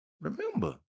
remember